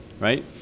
right